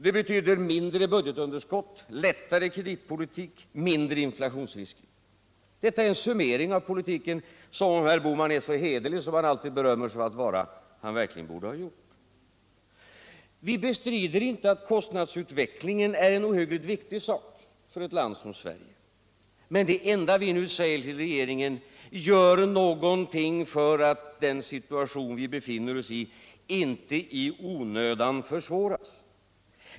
Det betyder mindre budgetunderskott, lättare kreditpolitik, mindre inflationsrisker. Detta är en summering som herr Bohman, om han är så hederlig som han alltid berömmer sig av att vara, verkligen borde ha gjort. Vi bestrider inte att kostnadsutvecklingen är en ohyggligt viktig sak för ett land som Sverige, men det enda vi nu säger till regeringen är: Gör någonting för att den situation vi befinner oss i inte i onödan förvärras!